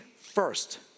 first